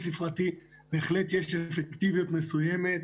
ספרתי בהחלט יש אפקטיביות מסוימת,